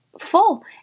full